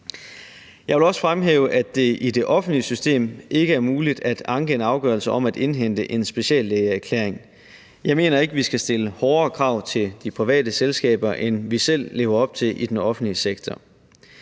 Jeg vil også fremhæve, at det i det offentlige system ikke er muligt at anke en afgørelse om at indhente en speciallægeerklæring. Jeg mener ikke, at vi skal stille hårdere krav til de private selskaber, end vi selv lever op til i den offentlige sektor.